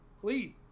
please